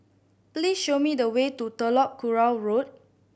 please show me the way to Telok Kurau Road